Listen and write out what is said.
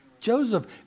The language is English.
Joseph